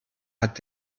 hat